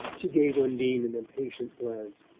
she gave undine an impatient glance.